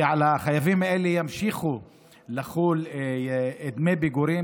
כי על החייבים האלה ימשיכו לחול דמי פיגורים,